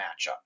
matchup